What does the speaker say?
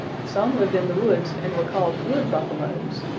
some lived in the woods and were called wood buffaloes,